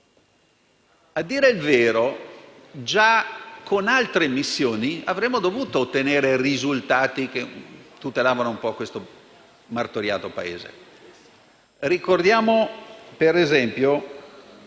A dire il vero, già con altre missioni avremmo dovuto ottenere risultati che tutelavano questo martoriato Paese. Ricordiamo, per esempio,